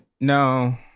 No